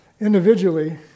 individually